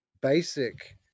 basic